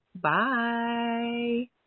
Bye